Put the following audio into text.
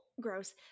gross